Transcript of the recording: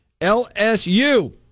LSU